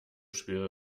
schwere